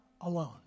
alone